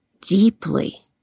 deeply